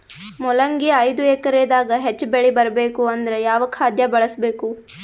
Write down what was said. ಮೊಲಂಗಿ ಐದು ಎಕರೆ ದಾಗ ಹೆಚ್ಚ ಬೆಳಿ ಬರಬೇಕು ಅಂದರ ಯಾವ ಖಾದ್ಯ ಬಳಸಬೇಕು?